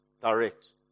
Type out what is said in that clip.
direct